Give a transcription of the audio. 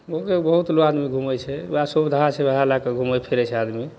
गामके बहुत लोक आदमी घुमै छै वएह सुविधा छै वएह लैके घुमै फिरै छै आदमी